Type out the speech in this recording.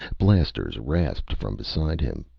blasters rasped from beside him.